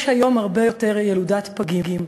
יש היום הרבה יותר ילודת פגים.